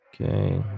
okay